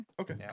okay